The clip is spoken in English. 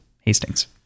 Hastings